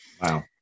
Wow